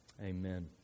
Amen